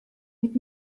mit